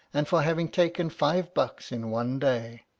and for having taken five bucks in one day.